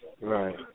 Right